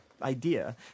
idea